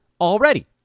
already